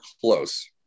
close